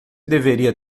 deveria